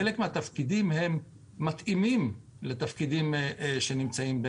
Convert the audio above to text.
חלק מהתפקידים מתאימים לתפקידים שנמצאים ב